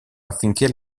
affinché